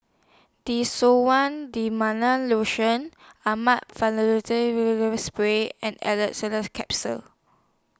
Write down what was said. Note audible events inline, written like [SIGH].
Desowen [UNINTELLIGIBLE] Lotion [UNINTELLIGIBLE] Spray and Orlistat [UNINTELLIGIBLE] Capsules